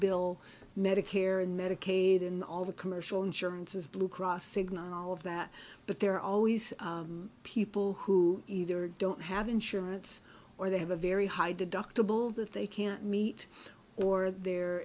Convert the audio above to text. bill medicare and medicaid and all the commercial insurances blue cross signal all of that but there are always people who either don't have insurance or they have a very high deductible that they can't meet or the